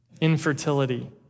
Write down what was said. infertility